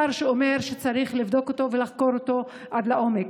צריך לבדוק ולחקור את המספר הזה עד לעומק.